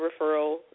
referral